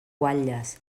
guatlles